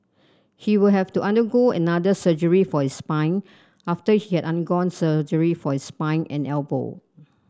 he will have to undergo another surgery for his spine after he had undergone surgery for his spine and elbow